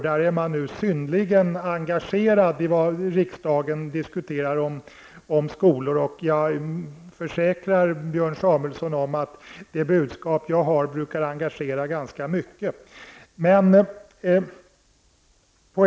Där är man nu synnerligen engagerad i vad som sägs i riksdagen om skolan. Jag försäkrar Björn Samuelson om att det budskap jag har brukar engagera ganska mycket.